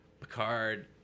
Picard